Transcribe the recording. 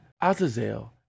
Azazel